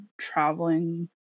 traveling